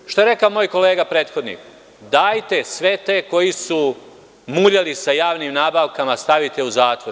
Kao što je rekao moj kolega prethodni, dajte sve te koji su muljali sa javnim nabavkama stavite u zatvor.